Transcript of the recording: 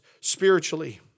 spiritually